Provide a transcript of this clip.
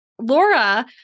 Laura